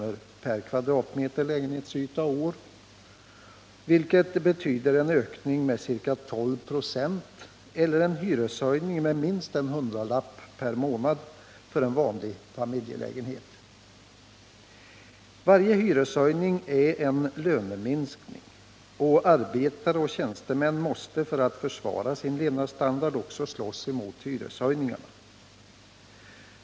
lägenhetsyta och år, vilket för en vanlig familjelägenhet betyder en ökning med ca 12 9 eller en hyreshöjning med minst en hundralapp per månad. Varje hyreshöjning är en löneminskning, och arbetare och tjänstemän måste för att försvara sin levnadsstandard också slåss mot hyreshöjningarna.